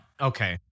okay